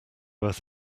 earth